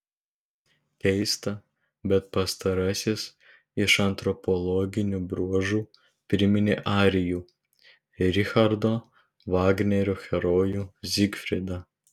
keista bet pastarasis iš antropologinių bruožų priminė arijų richardo vagnerio herojų zygfridą